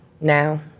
Now